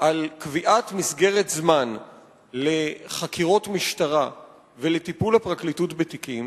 על קביעת מסגרת זמן לחקירות משטרה ולטיפול הפרקליטות בתיקים.